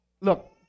look